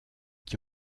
qui